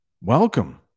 welcome